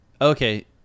Okay